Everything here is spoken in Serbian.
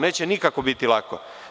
Neće nikako biti lako.